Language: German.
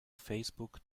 facebook